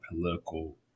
political